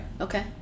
Okay